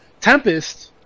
Tempest